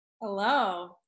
Hello